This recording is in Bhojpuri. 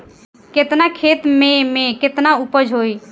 केतना खेत में में केतना उपज होई?